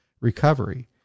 recovery